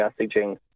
messaging